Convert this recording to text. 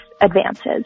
advances